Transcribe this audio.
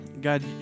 God